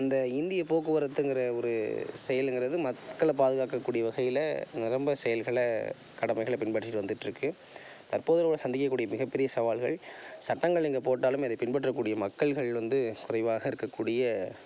அந்த இந்திய போக்குவரத்துங்கிற ஒரு செயலுங்கிறது மக்களை பாதுகாக்கக்கூடிய வகையில் நிரம்ப செயல்களை கடமைகளை பின்பற்றிவிட்டு வந்துட்டு இருக்குது தற்போதுள்ள சந்திக்கக்கூடிய மிகப்பெரிய சவால்கள் சட்டங்களை இங்கே போட்டாலும் அதை பின்பற்றக்கூடிய மக்கள்கள் வந்து குறைவாக இருக்கக்கூடிய